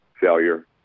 failure